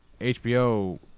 HBO